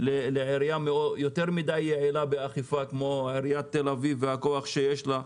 לעירייה יותר יעילה באכיפה כי עיריית תל-אביב והכוח שיש לה,